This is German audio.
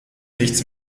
nichts